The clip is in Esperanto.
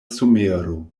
somero